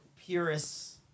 purists